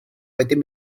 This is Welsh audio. wedyn